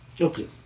Okay